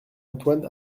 antoine